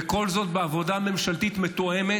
וכל זאת בעבודה ממשלתית מתואמת,